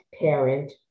parent